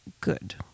good